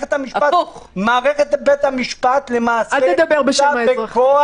מערכת בית המשפט באה בכוח